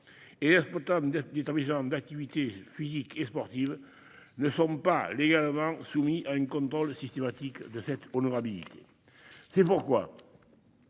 et exploitable. Du temps misant d'activités physiques et sportives ne sont pas légalement soumis à une content le systématique de cette honorabilité. C'est pourquoi.